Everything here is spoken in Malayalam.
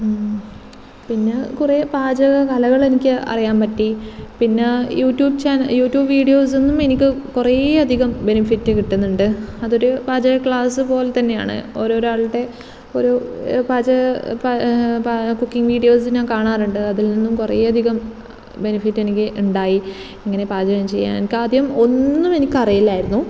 പിന്നെ കുറേ പാചക കലകൾ എനിക്കറിയാൻ പറ്റി പിന്നെ യൂട്യുബ് ചാനൽ യൂട്യുബ് വീഡിയോസ്സിൽ നിന്നും എനിക്ക് കുറേ അധികം ബെനഫിറ്റ് കിട്ടുന്നുണ്ട് അതൊരു പാചക ക്ലാസ് പോലെ തന്നെയാണ് ഒരോരാളുടെ ഒരു പാചക പാ കുക്കിങ് വീഡിയോസും ഞാൻ കാണാറുണ്ട് അതിൽ നിന്നും കുറേ അധികം ബെനഫിറ്റ് എനിക്ക് ഉണ്ടായി ഇങ്ങനെ പാചകം ചെയ്യാൻ എനിക്ക് ആദ്യം ഒന്നും എനിക്ക് അറിയില്ലായിരുന്നു